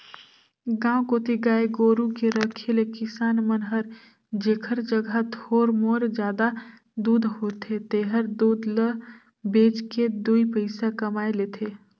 गांव कोती गाय गोरु के रखे ले किसान मन हर जेखर जघा थोर मोर जादा दूद होथे तेहर दूद ल बेच के दुइ पइसा कमाए लेथे